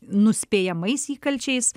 nuspėjamais įkalčiais